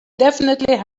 definitely